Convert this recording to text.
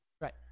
right